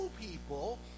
people